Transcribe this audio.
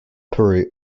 peru